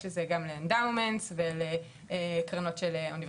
יש את זה גם ל- - ולקרנות של אוניברסיטאות,